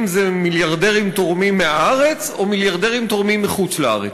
אם מיליארדרים תורמים מהארץ או מיליארדרים תורמים מחוץ-לארץ.